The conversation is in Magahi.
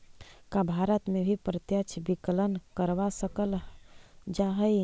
का भारत में भी प्रत्यक्ष विकलन करवा सकल जा हई?